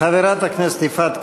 חברת הכנסת יפעת קריב,